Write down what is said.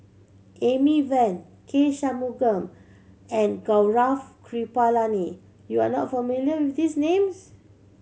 Amy Van K Shanmugam and Gaurav Kripalani you are not familiar with these names